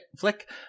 flick